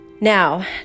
Now